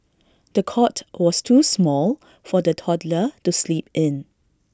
the cot was too small for the toddler to sleep in